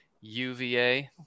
UVA